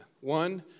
One